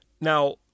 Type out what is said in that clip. Now